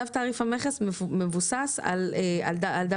צו תעריף המכס מבוסס על WCO,